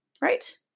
right